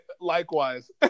Likewise